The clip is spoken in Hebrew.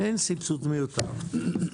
אין סבסוד מיותר.